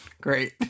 great